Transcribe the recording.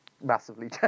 massively